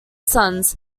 sons